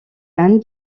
end